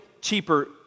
cheaper